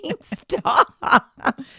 stop